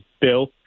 Bill